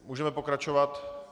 Můžeme pokračovat?